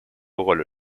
rolle